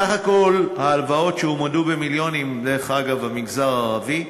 סך כל ההלוואות שהועמדו, דרך אגב, המגזר הערבי,